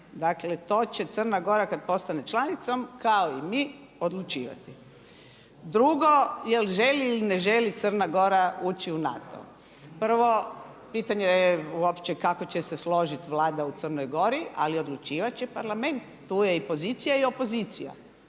Dakle to će Crna Gora kada postane članicom kao i mi odlučivati. Drugo, jel želi ili ne želi Crna Gora ući u NATO? Prvo, pitanje je uopće kako će se složiti vlada u Crnoj Gori, ali odlučivat će parlament tu je i pozicija i opozicija,